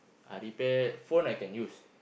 I repair phone I can use